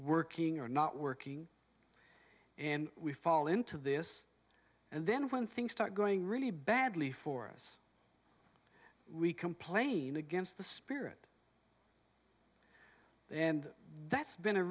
working or not working and we fall into this and then when things start going really badly for us we complain against the spirit and that's been a